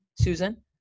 Susan